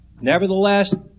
Nevertheless